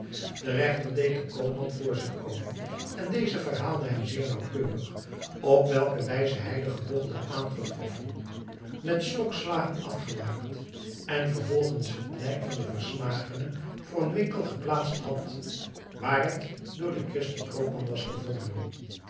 de regter deed den koopman voor zich komen en deze verhaalde hem zeer naauwkeurig op welke wijze hij den gebogchelde aangetroffen met stokslagen afgemaakt en vervolgens het lijk van den verslagene voor een winkel geplaatst had waar het door den christen koopman was gevonden